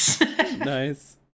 Nice